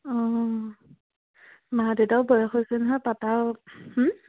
অঁ মা দেউতাও বয়স হৈছে নহয় পাতা আৰু